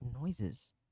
noises